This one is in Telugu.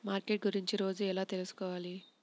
మార్కెట్ గురించి రోజు ఎలా తెలుసుకోవాలి?